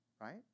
right